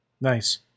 Nice